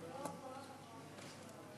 589 ו-601.